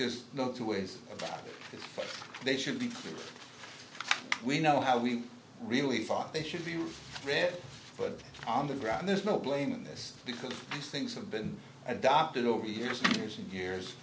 there's no two ways about it but they should be we know how we really thought they should be read but on the ground there's no blame in this because these things have been adopted over years and years and years